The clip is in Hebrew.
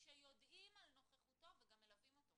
כשיודעים על נוכחותו וגם מלווים אותו.